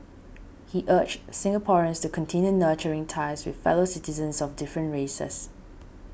he urged Singaporeans to continue nurturing ties with fellow citizens of different races